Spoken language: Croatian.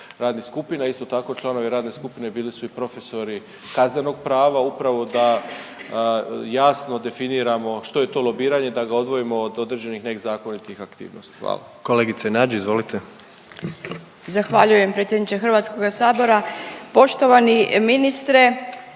radnih skupina. Isto tako članovi radne skupine bili su i profesori Kaznenog prava, upravo da jasno definiramo što je to lobiranje, da ga odvojimo od određenih nezakonitih aktivnosti. Hvala. **Jandroković, Gordan (HDZ)** Kolegice Nađ izvolite. **Nađ, Vesna (Socijaldemokrati)** Zahvaljujem predsjedniče Hrvatskoga sabora. Poštovani ministre,